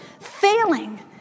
failing